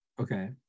Okay